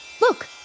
Look